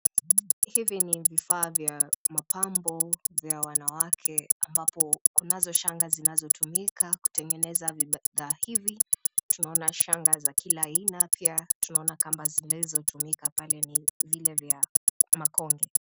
Hivi ni vifaa vya mapambo vya wanawake ambapo kunazo shanga zinazotumika kutengeneza bidhaa hivi, tunaona shanga za kila aina pia tunaona kamba zilizotumika pale ni vile vya makonge.